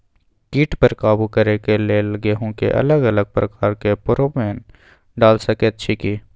कीट पर काबू करे के लेल गेहूं के अलग अलग प्रकार के फेरोमोन डाल सकेत छी की?